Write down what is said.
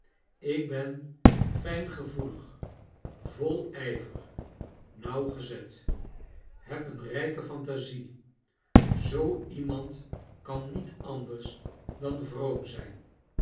ik ben fijngevoelig vol ijver nauwgezet heb een rijke fantasie zoo iemand kan niet ander s dan vro om zij